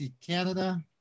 Canada